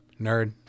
Nerd